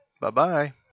Bye-bye